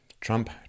Trump